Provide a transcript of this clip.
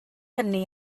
hynny